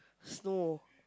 snow